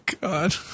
God